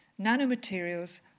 nanomaterials